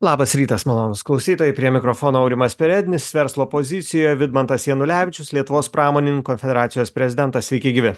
labas rytas malonūs klausytojai prie mikrofono aurimas perednis verslo pozicija vidmantas janulevičius lietuvos pramoninkų federacijos prezidentas sveiki gyvi